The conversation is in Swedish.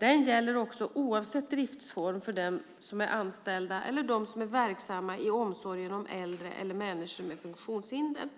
Den gäller också oavsett driftsform för dem som är anställda eller dem som är verksamma i omsorgen om äldre eller människor med funktionshinder.